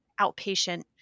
outpatient